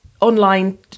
online